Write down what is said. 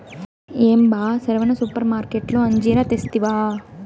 ఏం బా సెరవన సూపర్మార్కట్లో అంజీరా తెస్తివా